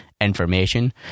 information